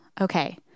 Okay